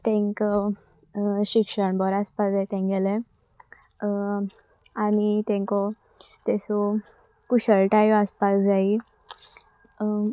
तेंक शिक्षण बरो आसपाक जाय तेंगेले आनी तेंको तेसो कुशळटायू आसपाक जायी